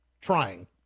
Trying